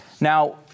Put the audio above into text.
Now